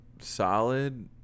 Solid